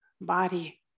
body